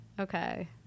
okay